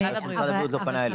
פשוט משרד הבריאות לא פנה אליהם.